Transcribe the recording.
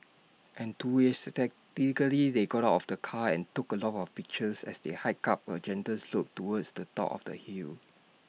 they got out of the car and took A lot of pictures as they hiked up A gentle slope towards the top of the hill